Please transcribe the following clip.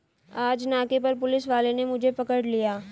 आज नाके पर पुलिस वाले ने मुझे पकड़ लिया